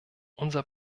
unser